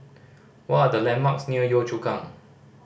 what are the landmarks near Yio Chu Kang